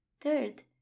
Third